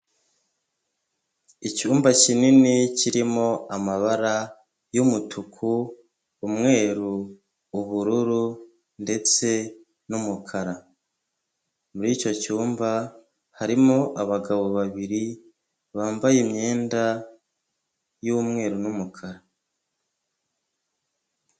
Icyumba kinini kirimo amabara y'umutuku, umweru, ubururu ndetse n'umukara. Muri icyo cyumba harimo abagabo babiri bambaye imyenda y'umweru n'umukara.